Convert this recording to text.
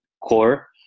core